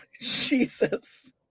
Jesus